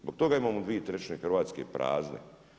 Zbog toga imamo dvije trećine Hrvatske prazne.